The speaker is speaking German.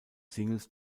singles